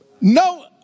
No